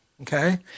Okay